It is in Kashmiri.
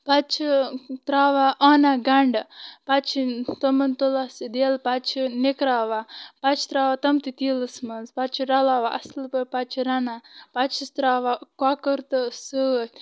پَتہٕ چھِ تراوان آنان گَنٛڈٕ پَتہٕ چھِ تِمَن تُلان سُہ دیٚل پَتہٕ چھِ نِکراوان پَتہٕ چھِ تراوان تِم تہِ تیٖلَس منٛز پَتہٕ چھِ رلاوان اصٕل پٲٹھۍ پَتہٕ چھِ رَنان پَتہٕ چھِس تراوان کۄکُر تہٕ سۭتۍ